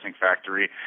factory